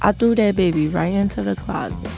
i threw that baby right into the closet